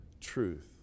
truth